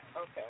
Okay